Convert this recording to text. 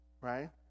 right